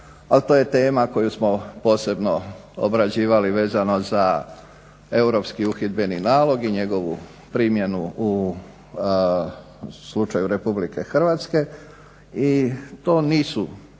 a to je tema koju smo posebno obrađivali vezano za europski uhidbeni nalog i njegovu primjenu u slučaju RH i to nisu naravno